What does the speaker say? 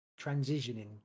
transitioning